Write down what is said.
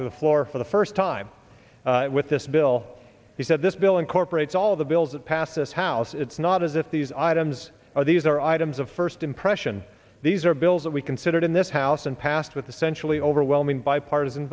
to the floor for the first time with this bill he said this bill incorporates all of the bills that passed this house it's not as if these items are these are items of first impression these are bills that we considered in this house and passed with the centrally overwhelming bipartisan